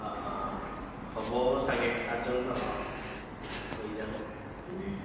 অঁ অঁ হ'ব চাগে আঠজন ন অঁ হৈ যাব তেনেকৈ